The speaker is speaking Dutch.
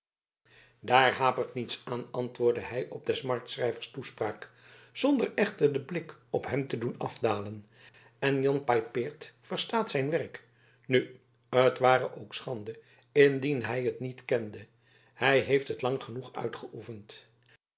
daar hapert niets aan antwoordde hij op des marktschrijvers toespraak zonder echter den blik op hem te doen afdalen en jan paypaert verstaat zijn werk nu t ware ook schande indien hij het niet kende hij heeft het lang genoeg uitgeoefend